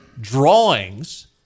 drawings